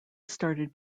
started